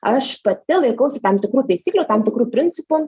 aš pati laikausi tam tikrų taisyklių tam tikrų principų